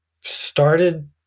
started